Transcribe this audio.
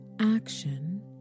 action